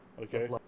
Okay